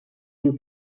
viu